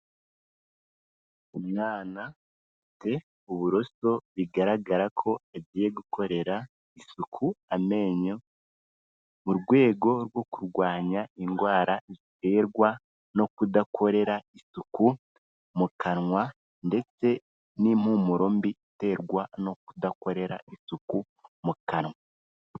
Umwana ufite uburoso bigaragara ko agiye gukorera isuku amenyo, mu rwego rwo kurwanya indwara ziterwa no kudakorera isuku mu kanwa, ndetse n'impumuro mbi iterwa no kudakorera isuku mu kanwa.